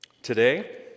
Today